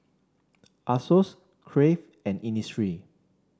Asos Crave and Innisfree